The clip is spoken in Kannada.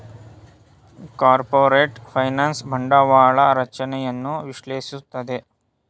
ಕಾರ್ಪೊರೇಟ್ ಫೈನಾನ್ಸ್ ಬಂಡವಾಳ ರಚನೆಯನ್ನು ವಿಶ್ಲೇಷಿಸುತ್ತದೆ